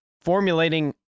formulating